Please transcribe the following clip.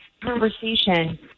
conversation